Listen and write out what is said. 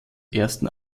ersten